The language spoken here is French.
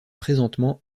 présentement